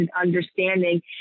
understanding